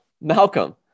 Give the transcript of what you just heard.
Malcolm